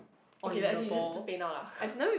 okay just just play now lah